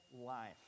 life